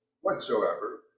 whatsoever